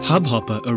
Hubhopper